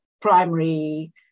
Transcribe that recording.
primary